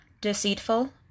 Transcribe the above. deceitful